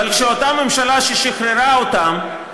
אבל כשאותה ממשלה ששחררה אותם,